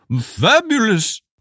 Fabulous